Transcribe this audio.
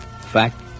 fact